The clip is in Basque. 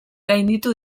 gainditu